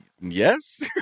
yes